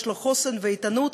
יש לו חוסן ואיתנות,